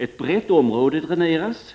Ett brett område dräneras,